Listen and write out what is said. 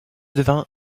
devint